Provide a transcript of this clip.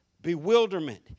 bewilderment